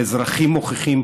האזרחים מוכיחים,